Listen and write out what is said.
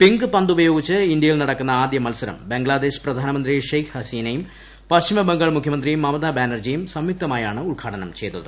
pink പന്ത് ഉപയോഗിച്ച് ഇന്ത്യൂയിൽ നടക്കുന്ന ആദ്യമത്സരം ബംഗ്ലാദേശ് പ്രധാനമന്ത്രി ്ക്ഷ്യ്ഖ് ഹസീനയും പശ്ചിമബംഗാൾ മുഖ്യമന്ത്രി മമതാ ബ്ദാനർജിയും സംയുക്തമായാണ് ഉദ്ഘാടനം ചെയ്തത്